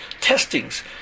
testings